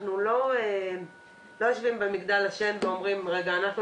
אנחנו לא יושבים במגדל השן ואומרים שאנחנו